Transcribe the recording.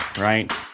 right